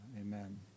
Amen